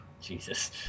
Jesus